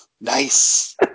Nice